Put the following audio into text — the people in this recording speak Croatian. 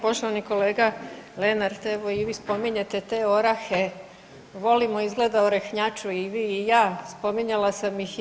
Poštovani kolega Lenart, evo i vi spominjete te orahe, volimo izgleda orehnjaču i vi i ja, spominjala sam ih i ja.